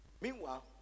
meanwhile